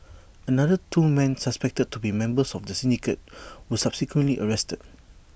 another two men suspected to be members of the syndicate were subsequently arrested